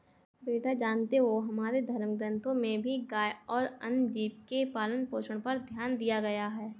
बेटा जानते हो हमारे धर्म ग्रंथों में भी गाय और अन्य जीव के पालन पोषण पर ध्यान दिया गया है